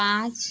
पाँच